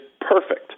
perfect